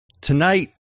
Tonight